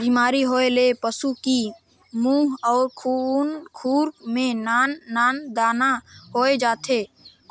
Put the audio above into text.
बेमारी होए ले पसू की मूंह अउ खूर में नान नान दाना होय जाथे,